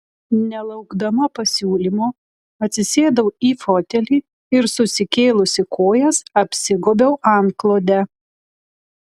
nelaukdama pasiūlymo atsisėdau į fotelį ir susikėlusi kojas apsigobiau antklode